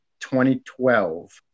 2012